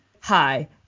hi